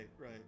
right